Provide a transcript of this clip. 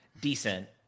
decent